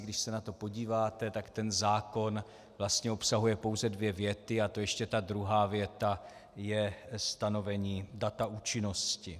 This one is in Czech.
Když se na to podíváte, tak ten zákon vlastně obsahuje pouze dvě věty, a to ještě ta druhá věta je stanovení data účinnosti.